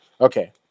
Okay